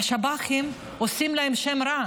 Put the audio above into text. השב"חים עושים להם שם רע.